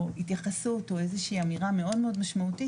התייחסות או איזושהי אמירה מאוד משמעותית,